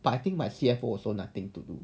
but I think my C_F_O also nothing to do